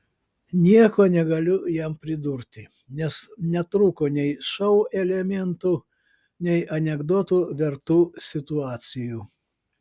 nieko negaliu jam pridurti nes netrūko nei šou elementų nei anekdotų vertų situacijų